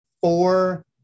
Four